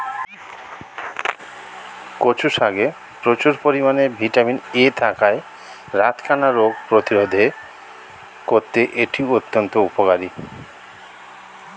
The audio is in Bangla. কচু শাকে প্রচুর পরিমাণে ভিটামিন এ থাকায় রাতকানা রোগ প্রতিরোধে করতে এটি অত্যন্ত উপকারী